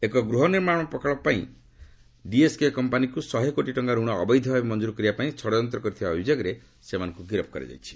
ଏକ ଗୃହ ନିର୍ମାଣ ପ୍ରକଳ୍ପ ପାଇଁ ଡିଏସ୍କେ କମ୍ପାନୀକୁ ଶହେ କୋଟି ଟଙ୍କାର ରଣ ଅବୈଧ ଭାବେ ମଞ୍ଜୁର କରିବା ପାଇଁ ଷଡ଼ଯନ୍ତ କରିଥିବା ଅଭିଯୋଗରେ ସେମାନଙ୍କୁ ଗିରଫ୍ କରାଯାଇଛି